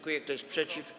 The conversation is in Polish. Kto jest przeciw?